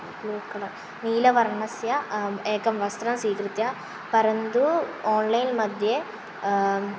blue colour नीलवर्णस्य एकं वस्त्रं स्वीकृत्य परन्तु आण्लैन् मध्ये